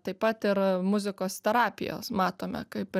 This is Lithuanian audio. taip pat ir muzikos terapijos matome kaip